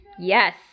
Yes